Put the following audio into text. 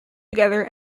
together